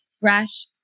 fresh